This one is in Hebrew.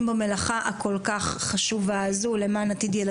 במלאכה הכל כך חשובה הזאת למען עתיד ילדנו,